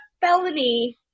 felony